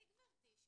מי גברתי?